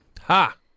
Ha